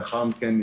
לאחר מכן,